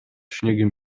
śniegiem